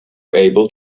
able